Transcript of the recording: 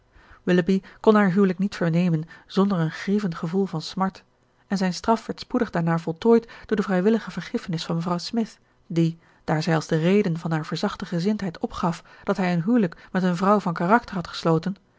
kon haar huwelijk niet vernemen zonder een grievend gevoel van smart en zijne straf werd spoedig daarna voltooid door de vrijwillige vergiffenis van mevrouw smith die daar zij als de reden van hare verzachte gezindheid opgaf dat hij een huwelijk met eene vrouw van karakter had gesloten